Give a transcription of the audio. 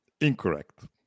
Incorrect